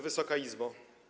Wysoka Izbo!